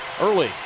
early